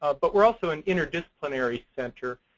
ah but we're also an interdisciplinary center,